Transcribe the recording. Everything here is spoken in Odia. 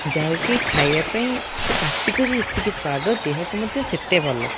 ଯାହାକି ଖାଇବା ପାଇଁ ସେ ପାଟିକୁ ଯେତିକି ସ୍ୱାଦ ଦେହକୁ ମଧ୍ୟ ସେତେ ଭଲ